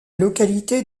localité